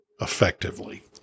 effectively